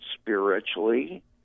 spiritually